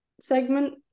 segment